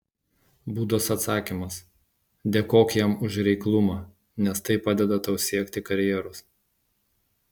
budos atsakymas dėkok jam už reiklumą nes tai padeda tau siekti karjeros